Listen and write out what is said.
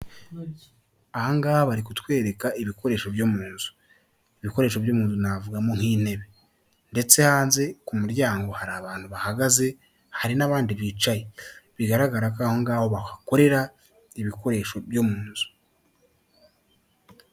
Aha ngaha bari kutwereka ibikoresho byo mu nzu. Ibikoresho byo mu nzu navugamo nk'intebe. Ndetse hanze ku muryango hari abantu bahagaze, hari n'abandi bicaye. Bigaragara ko aho ngaho bahakorera ibikoresho byo mu nzu.